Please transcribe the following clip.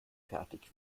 fertig